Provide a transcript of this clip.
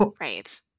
right